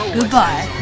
Goodbye